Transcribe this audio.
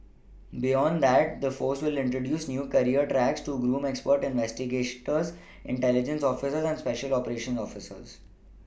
beyond that the force will introduce new career tracks to groom expert that investigators intelligence officers and special operations officers